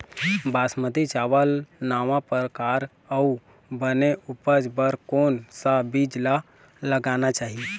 बासमती चावल नावा परकार अऊ बने उपज बर कोन सा बीज ला लगाना चाही?